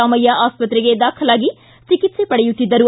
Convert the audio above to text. ರಾಮಯ್ಯ ಆಸ್ಪತ್ರೆಗೆ ದಾಖಲಾಗಿ ಚಿಕಿತ್ಸೆ ಪಡೆಯುತ್ತಿದ್ದರು